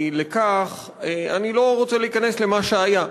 היא אני לא רוצה להיכנס למה שהיה,